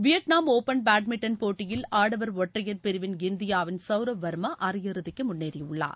Vietnam open badminton போட்டியில் ஆடவர் ஒற்றையர் பிரிவிள் இந்தியாவிள் சவுரவ் வர்மாஅரையிறுதிக்குமுன்னேறியுள்ளார்